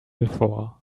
before